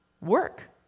work